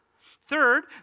Third